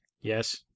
Yes